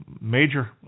major